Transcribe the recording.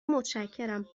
متشکرم